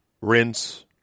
rinse